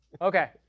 Okay